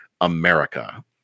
America